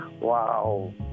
wow